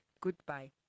Goodbye